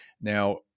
Now